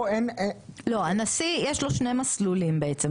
לא הנשיא יש לו שני מסלולים בעצם,